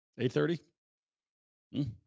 8.30